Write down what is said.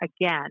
again